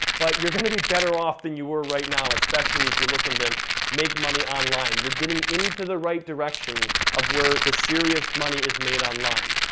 but you're gonna be better off than you were right now, especially if you're looking to make money online. you're getting into the right direction of where the serious money is made online.